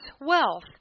wealth